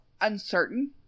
uncertain